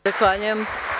Zahvaljujem.